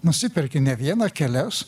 nusiperki ne vieną kelias